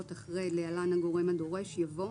אחרי "(להלן הגורם הדורש") יבוא